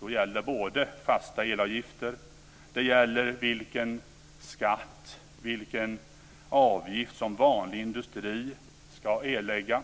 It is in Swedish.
Då handlar det om både fasta elavgifter och om vilken skatt och avgift som vanlig industri ska erlägga